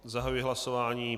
Zahajuji hlasování.